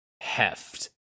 heft